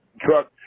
truck